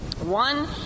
One